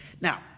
Now